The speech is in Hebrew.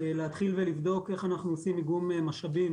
להתחיל ולבדוק איך אנחנו עושים איגום משאבים